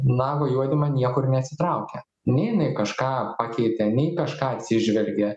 nago juodymą niekur neatsitraukia nei jinai kažką pakeitė nei į kažką atsižvelgė